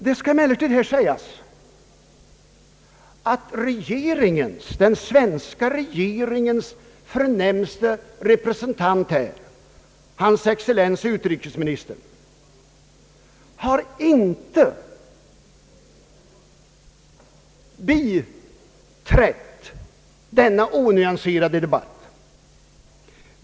Det skall emellertid här sägas, att den svenska regeringens förnämsta representant, nämligen hans excellens utrikesministern, inte har biträtt denna onyanserade debatt.